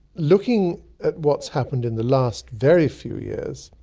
looking at what's happened in the last very few years,